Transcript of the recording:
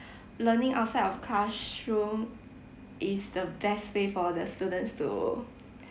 learning outside of classroom is the best way for the students to